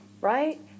right